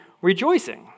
rejoicing